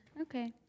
Okay